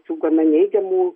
sukome neigiamų